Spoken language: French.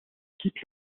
quitte